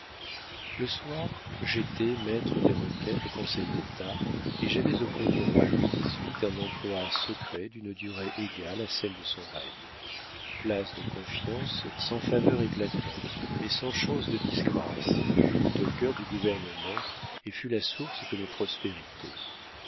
le soir j'étais maître des requêtes au conseil-d'état et j'avais auprès du roi louis xviii un emploi secret d'une durée égale à celle de son règne place de confiance sans faveur éclatante mais sans chance de disgrâce qui me mit au cœur du gouvernement et fut la source de mes prospérités